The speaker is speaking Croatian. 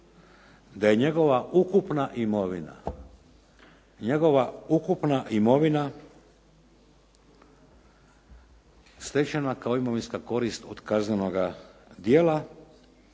njegova ukupna imovina stečena kao imovinska korist od kaznenoga djela